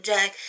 Jack